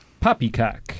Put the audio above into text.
Poppycock